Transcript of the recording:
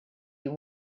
you